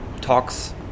talks